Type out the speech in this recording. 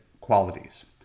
qualities